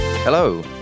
Hello